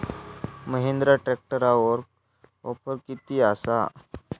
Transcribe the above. महिंद्रा ट्रॅकटरवर ऑफर किती आसा?